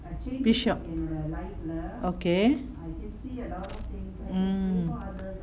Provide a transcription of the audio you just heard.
bishop okay mm